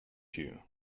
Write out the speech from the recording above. you